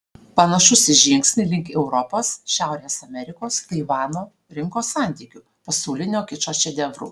panašus į žingsnį link europos šiaurės amerikos taivano rinkos santykių pasaulinio kičo šedevrų